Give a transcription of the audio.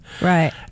right